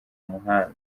muhanda